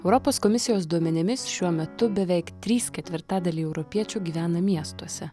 europos komisijos duomenimis šiuo metu beveik trys ketvirtadaliai europiečių gyvena miestuose